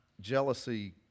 jealousy